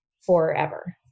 forever